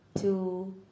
two